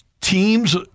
Teams